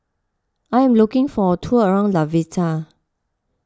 I am looking for a tour around Latvia